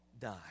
die